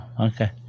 okay